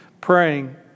praying